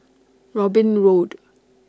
Robin Road